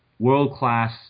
world-class